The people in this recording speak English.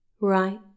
Right